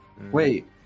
Wait